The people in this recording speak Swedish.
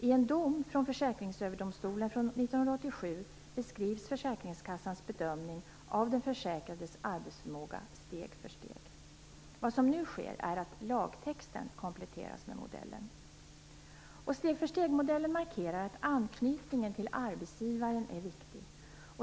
I en dom från Försäkringsöverdomstolen från år 1987 beskrivs försäkringskassans bedömning av den försäkrades arbetsförmåga steg för steg. Vad som nu sker är att lagtexten kompletteras med modellen. Steg-för-steg-modellen markerar att anknytningen till arbetsgivaren är viktig.